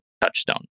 touchstone